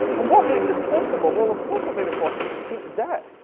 and what made this possible? well, of course, what made it possible is cheap debt.